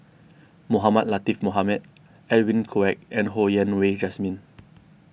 Mohamed Latiff Mohamed Edwin Koek and Ho Yen Wah Jesmine